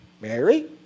Mary